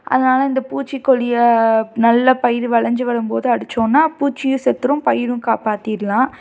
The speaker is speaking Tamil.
அதனால இந்த பூச்சிக்கொல்லியை நல்ல பயிர் விளஞ்சி வரும்போது அடிச்சோம்னா பூச்சியும் செத்துடும் பயிரும் காப்பாத்திடலாம்